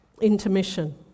Intermission